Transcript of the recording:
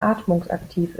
atmungsaktiv